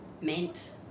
meant